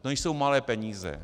To nejsou malé peníze.